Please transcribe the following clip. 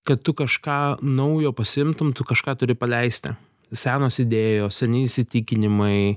kad tu kažką naujo pasiimtume tu kažką turi paleisti senos idėjos seni įsitikinimai